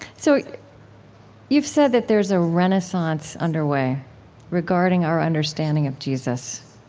so you've said that there's a renaissance underway regarding our understanding of jesus.